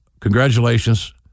congratulations